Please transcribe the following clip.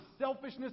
selfishness